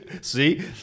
See